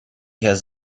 has